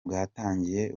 bwatangiye